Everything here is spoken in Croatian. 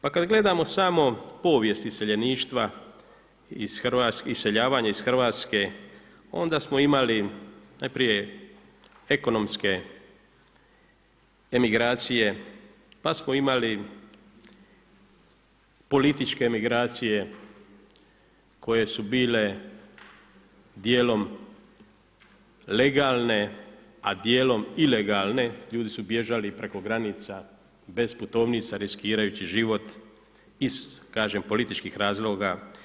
Pa kada gledamo samo povijest iseljeništva, iseljavanje iz Hrvatske, onda smo imali najprije ekonomske emigracije, pa smo imali političke emigracije koje su bile dijelom legalne a dijelom ilegalne, ljudi su bježali preko granica bez putovnica, riskirajući život iz kažem političkih razloga.